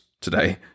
today